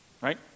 Right